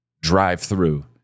drive-through